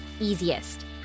easiest